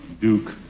Duke